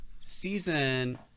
season